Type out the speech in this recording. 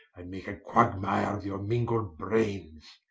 and make a quagmire of your mingled braines.